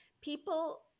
people